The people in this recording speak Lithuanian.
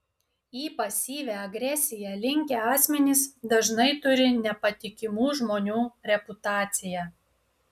į pasyvią agresiją linkę asmenys dažnai turi nepatikimų žmonių reputaciją